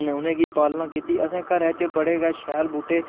उ'नें गी पालना कीती असें घरै च बड़े गै शैल बूह्टे